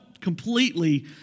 completely